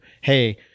hey